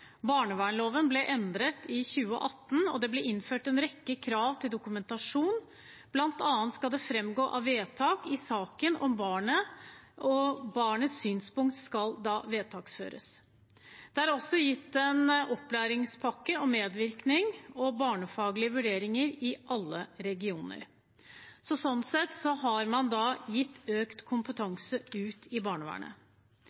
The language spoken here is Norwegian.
ble endret i 2018, og det ble innført en rekke krav til dokumentasjon. Blant annet skal barnets synspunkt framgå av vedtak i saken om barnet – barnets synspunkt skal da vedtaksføres. Det er også gitt en opplæringspakke om medvirkning og barnevernfaglige vurderinger i alle regioner. Sånn sett har man gitt økt